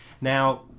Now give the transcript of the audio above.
Now